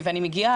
ואני מגיעה,